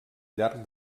llarg